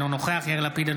אינו נוכח יאיר לפיד,